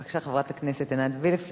בבקשה, חברת הכנסת עינת וילף.